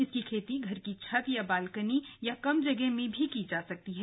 इसकी खेती घर की छत या बालकनी या कम जगह में भी की जा सकती है